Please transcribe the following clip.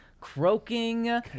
croaking